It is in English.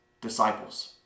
disciples